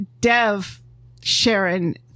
Dev-Sharon